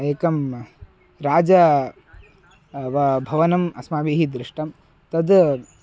एकं राजा भवनम् अस्माभिः दृष्टं तद्